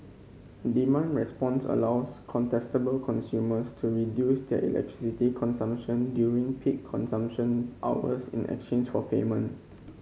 demand response allows contestable consumers to reduce their electricity consumption during peak consumption hours in exchange for payment